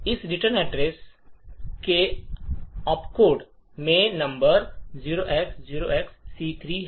इस return instruction के लिए ऑप्ट कोड ये नंबर 0x0XC3 है